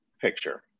picture